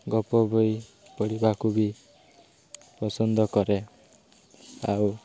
ଗପ ବହି ପଢ଼ିବାକୁ ବି ପସନ୍ଦ କରେ ଆଉ